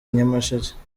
nyamasheke